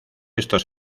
estos